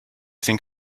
think